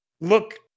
look